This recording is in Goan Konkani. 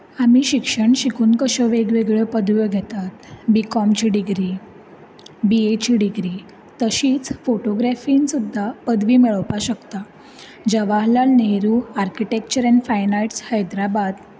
आमी शिक्षण शिकून कश्यो वेग वेगळ्यो पदव्यो घेतात बी कोम ची डिग्री बी ए ची डिग्री तशीच फोटोग्रेफींत सुद्दां पदवी मेळोवपाक शकता जवाहरलाल नेहरू आर्किटेक्चर आनी फायन आर्ट्स हैद्राबाद